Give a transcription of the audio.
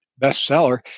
bestseller